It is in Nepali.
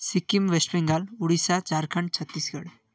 सिक्किम वेस्ट बेङ्गाल उडिसा झारखण्ड छत्तिसगढ